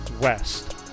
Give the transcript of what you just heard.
West